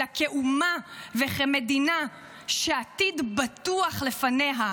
אלא כאומה ומדינה שעתיד בטוח לפניה.